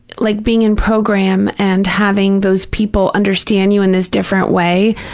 like being in program and having those people understand you in this different way,